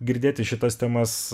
girdėti šitas temas